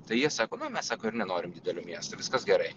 tai jie sako nu mes sako ir nenorim didelio miesto viskas gerai